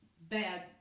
bad